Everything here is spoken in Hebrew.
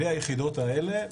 בלי היחידות האלה,